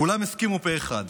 כולם הסכימו פה-אחד: